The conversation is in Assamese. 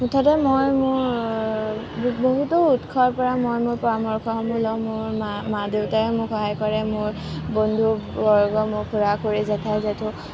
মুঠতে মই মোৰ বহুতো উৎসৰ পৰা মই মোৰ পৰামৰ্শ সমূহ লওঁ মোৰ মা মা দেউতাই মোক সহায় কৰে মোৰ বন্ধুবৰ্গ মোৰ খুড়া খুড়ী জেঠাই জেঠু